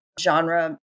genre